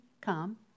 Come